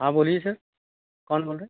हाँ बोलिए सर कौन बोल रहे